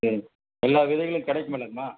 சரி எல்லா விதைகளும் கிடைக்குமில்லங்கம்மா